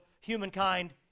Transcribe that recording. humankind